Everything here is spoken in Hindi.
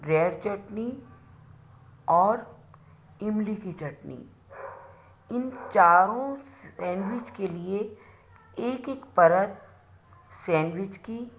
रेड चटनी और इमली की चटनी इन चारों सैंडविच के लिए एक एक परत सैंडविच की